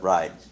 Right